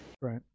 right